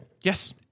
Yes